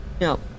no